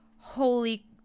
holy